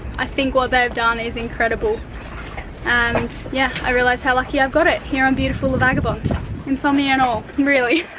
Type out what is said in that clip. i think what they've done is incredible and yeah, i realize how lucky i've got it here on beautiful la vagabond insomnia and all really